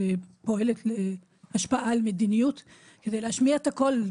שפועלת להשפעה על מדיניות כדי להשמיע את הקול.